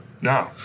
No